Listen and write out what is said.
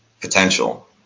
potential